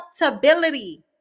accountability